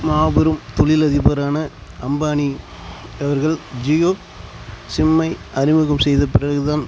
மாபெரும் தொழிலதிபரான அம்பானி அவர்கள் ஜியோ சிம்மை அறிமுகம் செய்த பிறகுதான்